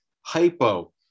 hypo